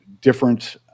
different